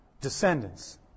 descendants